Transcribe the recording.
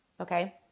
okay